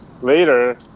later